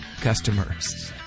customers